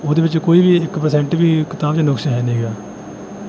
ਉਹਦੇ ਵਿੱਚ ਕੋਈ ਇੱਕ ਪਰਸੈਂਟ ਵੀ ਕਿਤਾਬ 'ਚ ਨੁਕਸ ਹੈ ਨਹੀਂ ਗਾ